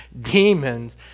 Demons